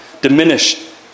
diminished